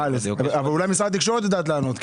אולי משרד התקשורת יידע לענות.